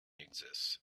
exists